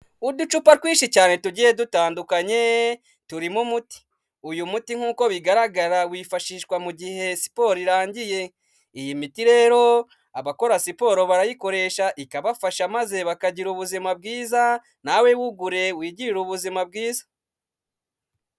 Uducupa twinshi cyane tugiye dutandukanye turimo umuti, uyu muti nk'uko bigaragara wifashishwa mu gihe siporo irangiye, iyi miti rero abakora siporo barayikoresha ikabafasha maze bakagira ubuzima bwiza, nawe wugure wigirire ubuzima bwiza.